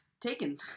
Taken